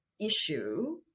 issue